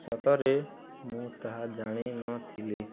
ସତରେ ମୁଁ ତାହା ଜାଣି ନଥିଲି